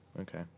okay